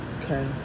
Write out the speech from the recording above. okay